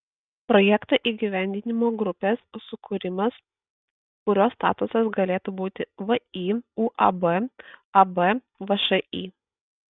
projekto įgyvendinimo grupės sukūrimas kurio statusas galėtų būti vį uab ab všį